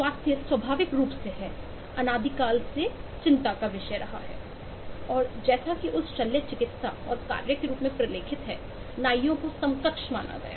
स्वास्थ्य स्वाभाविक रूप से है अनादिकाल से फिर से चिंता का विषय रहा है और जैसा कि उस शल्य चिकित्सा और कार्य के रूप में प्रलेखित है नाइयों को समकक्ष माना गया